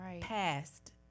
past